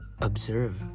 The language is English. observe